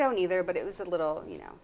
don't either but it was a little you know